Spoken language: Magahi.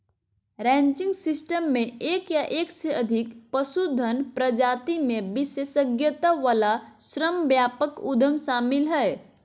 रैंचिंग सिस्टम मे एक या एक से अधिक पशुधन प्रजाति मे विशेषज्ञता वला श्रमव्यापक उद्यम शामिल हय